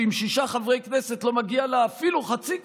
שהיא עם שישה חברי כנסת לא מגיעה לה אפילו חצי קדנציה,